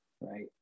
right